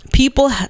People